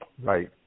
Right